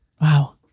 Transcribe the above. Wow